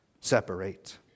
separate